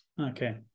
Okay